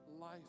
life